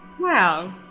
Wow